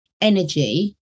energy